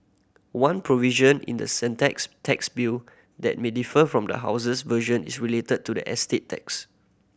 one provision in the tax bill that may differ from the House's version is related to the estate tax